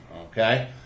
okay